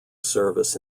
service